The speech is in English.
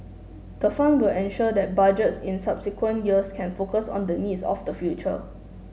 the fund will ensure that Budgets in subsequent years can focus on the needs of the future